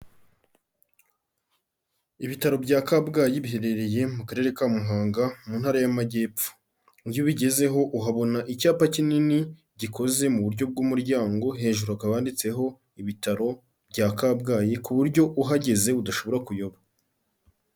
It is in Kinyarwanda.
Ibitaro bya Kabgayi biherereye mu Karere ka Muhanga mu Ntara y'amajyepfo, iyo ubigezeho uhabona icyapa kinini gikoze mu buryo bw'umuryango hejuru hakaba handitseho ibitaro bya Kabgayi ku buryo uhageze udashobora kuyoba.